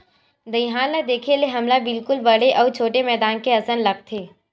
दईहान ल देखे ले हमला बिल्कुल बड़े अउ छोटे मैदान के असन लगथे